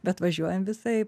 bet važiuojam visaip